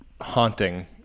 haunting